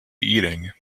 eating